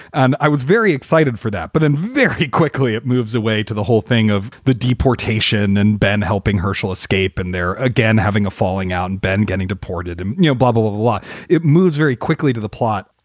and i was very excited for that, but then and very quickly, it moves away to the whole thing of the deportation and ben helping herschelle escape and they're again having a falling out and ben getting deported and you know bubble of what it moves very quickly to the plot.